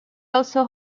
also